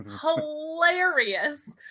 hilarious